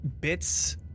bits